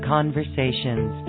Conversations